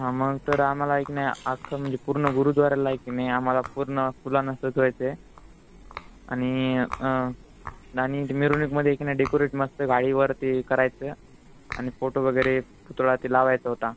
हां मग तर आम्हाला एक नाही अख्खं म्हणजे पूर्ण गुरुद्वाऱ्याला आहे की नाही आम्हाला पूर्ण फुलांनं सजवायचं आहे आणि आणि मिरुनिकमध्ये एक नाही डेकोरेट मस्त गाडीवर ते करायचं आहे आणि फोटो वगैरे पुतळा ते लावायचा होता